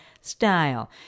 style